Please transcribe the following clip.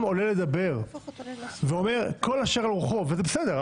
עולה לדבר ואומר את כל אשר על רוחו וזה בסדר,